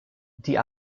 die